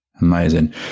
Amazing